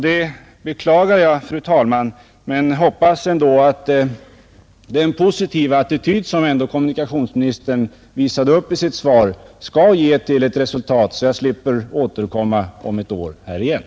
Detta beklagar jag, fru talman, men jag hoppas att den positiva attityd som kommunikationsministern ändå visade upp i sitt svar kan ge resultat så att jag slipper återkomma om ett år igen.